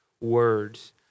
words